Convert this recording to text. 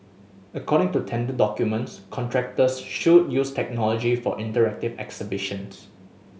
according to tender documents contractors should use technology for interactive exhibitions